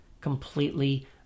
completely